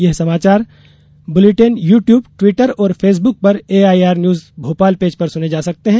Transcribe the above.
ये समाचार bulletin YouTube Twitter और फेसबुक पर एआईआर न्यूज भोपाल पेज पर सुने जा सकते हैं